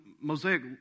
Mosaic